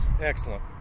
Excellent